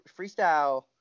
freestyle